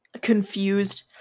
Confused